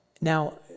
Now